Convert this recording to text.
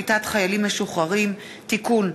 הצעת חוק קליטת חיילים משוחררים (תיקון,